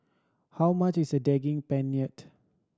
how much is Daging Penyet